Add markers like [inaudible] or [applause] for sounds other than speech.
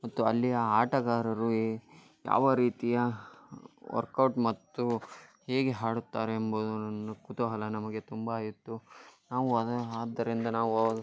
ಮತ್ತು ಅಲ್ಲಿಯ ಆಟಗಾರರು ಏ ಯಾವ ರೀತಿಯ ವರ್ಕೌಟ್ ಮತ್ತು ಹೇಗೆ ಆಡುತ್ತಾರೆ ಎಂಬುವುದು [unintelligible] ಕುತೂಹಲ ನಮಗೆ ತುಂಬ ಇತ್ತು ನಾವು ಅದು ಆದ್ದರಿಂದ ನಾವು ಅವು